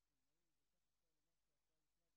הצעת החוק אושרה,